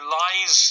lies